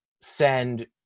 send